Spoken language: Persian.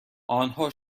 آنها